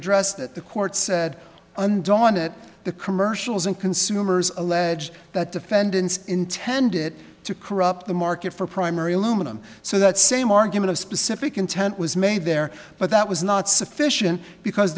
addressed that the court said undaunted the commercials and consumers allege that defendants intended to corrupt the market for primary aluminum so that same argument of specific intent was made there but that was not sufficient because